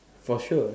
for sure